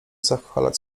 zachwalać